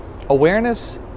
awareness